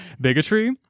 bigotry